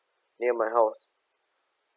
near my house